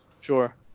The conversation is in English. Sure